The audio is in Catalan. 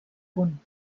punt